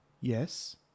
yes